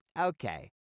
okay